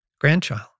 grandchild